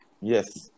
Yes